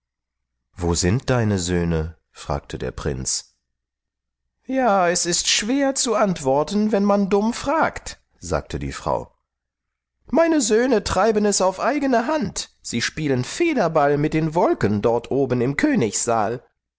wo sind deine söhne fragte der prinz ja es ist schwer zu antworten wenn man dumm fragt sagte die frau meine söhne treiben es auf eigene hand sie spielen federball mit den wolken dort oben im königssaal